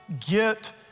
get